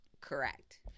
correct